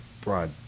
broad